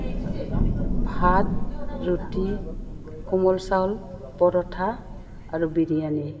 ভাত ৰুটি কোমল চাউল পৰঠা আৰু বিৰিয়ানী